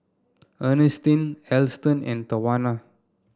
Earnestine Alston and Tawanna